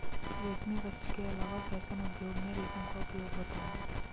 रेशमी वस्त्र के अलावा फैशन उद्योग में रेशम का उपयोग होता है